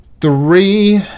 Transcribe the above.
three